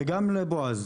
וגם לבועז,